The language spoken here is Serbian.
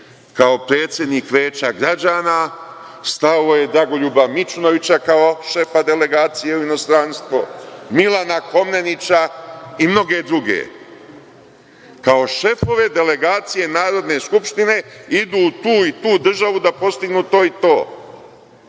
kao predsednik Veća građana stavio je Dragoljuba Mićunovića kao šefa delegacije u inostranstvo, Milana Komnenića i mnoge druge kao šefove delegacije Narodne skupštine i idu u tu i tu državu da postignu to i to.